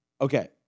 Okay